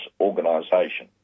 organisation